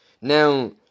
Now